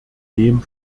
dem